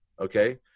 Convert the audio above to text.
okay